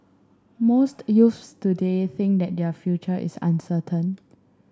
most youths today think that their future is uncertain